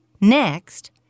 Next